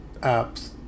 apps